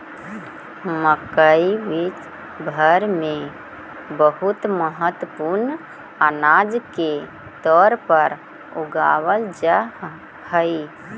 मकई विश्व भर में बहुत महत्वपूर्ण अनाज के तौर पर उगावल जा हई